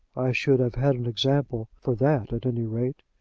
should have had an example for that, at any rate.